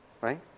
Right